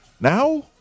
Now